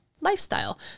lifestyle